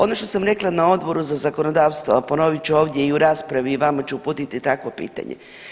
Ono što sam rekla na Odboru za zakonodavstvo, a ponovit ću ovdje i u raspravi i vama ću uputiti takvo pitanje.